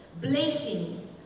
blessing